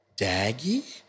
daggy